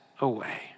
away